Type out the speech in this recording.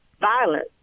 violence